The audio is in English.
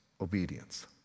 obedience